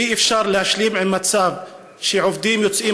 אי-אפשר להשלים עם מצב שעובדים יוצאים